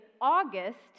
August